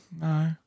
No